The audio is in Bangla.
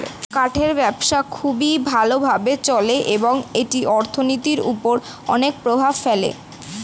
কাঠের ব্যবসা খুবই ভালো ভাবে চলে এবং এটি অর্থনীতির উপর অনেক প্রভাব ফেলে